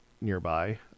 nearby